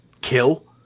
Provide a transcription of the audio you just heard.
kill